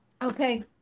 Okay